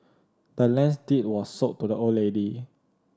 the land's deed was sold to the old lady